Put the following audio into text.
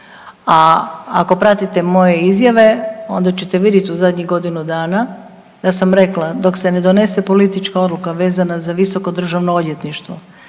a ako pratite moje izjave, onda ćete vidit u zadnjih godinu dana da sam rekla, dok se ne donese politička odluka vezana za visoko državno odvjetništvo,